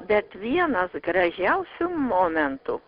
bet vienas gražiausių momentų